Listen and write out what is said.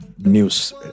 News